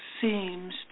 seems